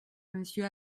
monsieur